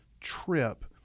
trip